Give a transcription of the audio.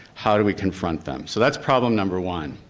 how do we confront them? so that's problem number one.